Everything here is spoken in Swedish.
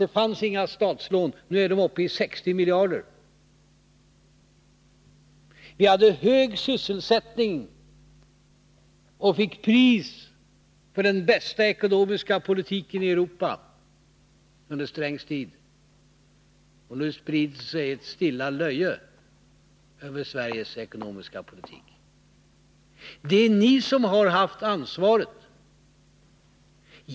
Det fanns inga statslån. Nu är de uppe i 60 miljarder. Vi hade hög sysselsättning. Under Strängs tid fick vi pris för den bästa ekonomiska politiken i Europa. Nu ådrar sig Sveriges ekonomiska politik ett stilla löje. Det är ni som har haft ansvaret.